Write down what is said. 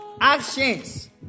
Actions